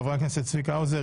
חברי הכנסת צבי האוזר,